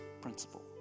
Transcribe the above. principle